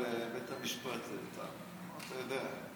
אבל בית המשפט, אתה יודע.